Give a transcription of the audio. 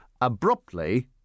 abruptly